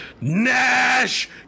NASH